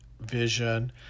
vision